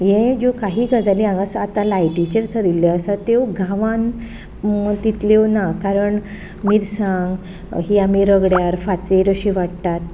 हें ज्यो काही गजाली आतां लायटीचेर चलिल्ल्यो आसात त्यो गांवान तितल्यो ना कारण मिरसांग ही आमी रगड्यार फातरीर अशी वाट्टात